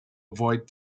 avoid